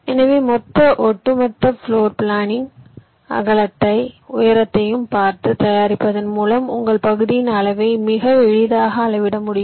எனவே மொத்த ஒட்டுமொத்த பிளோர் பிளானிங் அகலத்தையும் உயரத்தையும் பார்த்து தயாரிப்பதன் மூலம் உங்கள் பகுதியின் அளவை மிக எளிதாக அளவிட முடியும்